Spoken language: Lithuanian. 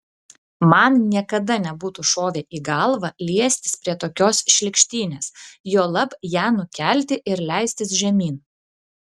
man niekada nebūtų šovę į galvą liestis prie tokios šlykštynės juolab ją nukelti ir leistis žemyn